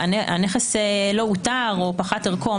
הנכס לא הותר או פחת ערכו,